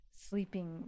sleeping